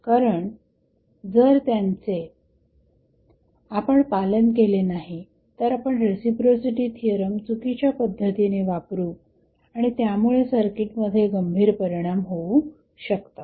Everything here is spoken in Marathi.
कारण जर त्यांचे आपण पालन केले नाही तर आपण रेसिप्रोसिटी थिअरम चुकीच्या पद्धतीने वापरू आणि त्यामुळे सर्किटमध्ये गंभीर परिणाम होऊ शकतात